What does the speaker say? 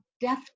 death